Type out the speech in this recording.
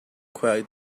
quite